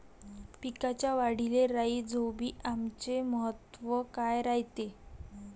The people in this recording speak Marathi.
पिकाच्या वाढीले राईझोबीआमचे महत्व काय रायते?